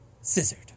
scissored